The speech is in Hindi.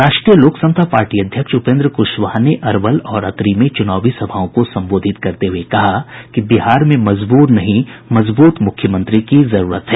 राष्ट्रीय लोक समता पार्टी अध्यक्ष उपेन्द्र क्शवाहा ने अरवल और अतरी में चूनावी सभाओं को संबोधित करते हुये कहा कि बिहार में मजबूर नहीं मजबूत मुख्यमंत्री की जरूरत है